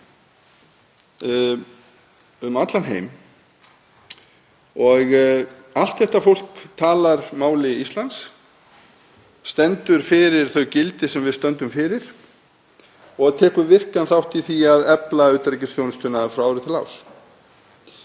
um allan heim og allt þetta fólk talar máli Íslands, stendur fyrir þau gildi sem við stöndum fyrir og tekur virkan þátt í því að efla utanríkisþjónustuna frá ári til árs.